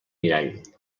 mirall